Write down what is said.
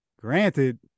Granted